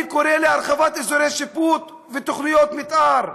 אני קורא להרחבת אזורי שיפוט ותוכניות מתאר,